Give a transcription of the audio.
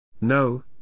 No